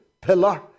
pillar